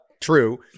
True